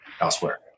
elsewhere